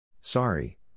Sorry